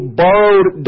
borrowed